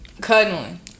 cuddling